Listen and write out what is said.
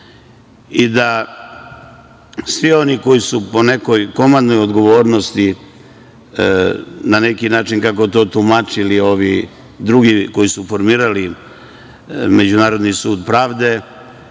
I da svi oni koji su po nekoj komandnoj odgovornosti, na neki način, kako to tumačili ovi drugi koji su formirali Međunarodni sud pravde,